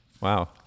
Wow